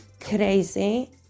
crazy